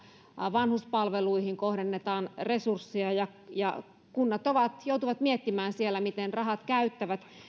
vanhuspalveluihin kohdennetaan resursseja ja ja kunnat joutuvat miettimään siellä miten rahat käyttävät